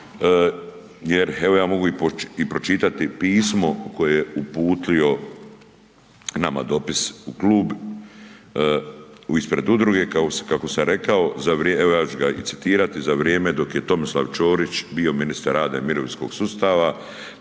jer evo ja mogu i pročitati pismo koje je uputio nama dopis u klub ispred udruge, kako sam rekao za, evo, ja ću ga i citirati za vrijeme, dok je Tomislav Čorić bio ministar rada i mirovinskog sustava,